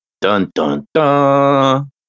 Dun-dun-dun